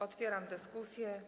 Otwieram dyskusję.